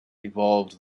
evolved